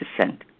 descent